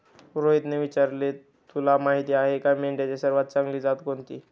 रोहितने विचारले, तुला माहीत आहे का मेंढ्यांची सर्वात चांगली जात कोणती?